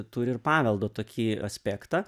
turi ir paveldo tokį aspektą